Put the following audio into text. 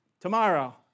tomorrow